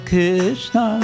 Krishna